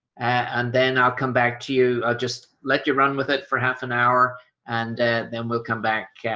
and then i'll come back to you. just let you run with it for half an hour and then we'll come back, yeah